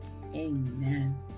Amen